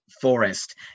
forest